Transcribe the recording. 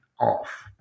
off